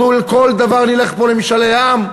אנחנו על כל דבר נלך פה למשאלי עם?